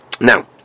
Now